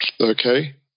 okay